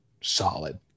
solid